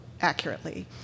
accurately